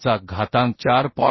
व्यासाचा घातांक 4